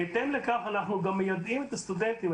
בהתאם לכך אנחנו גם מיידעים את הסטודנטים,